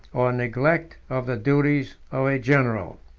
or neglect, of the duties of a general.